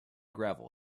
gravel